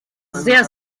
sehr